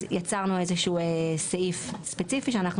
אז יצרנו איזשהו סעיף ספציפי שאנחנו